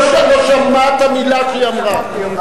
לא שמעת מלה שהיא אמרה.